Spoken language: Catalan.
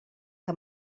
que